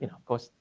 and course,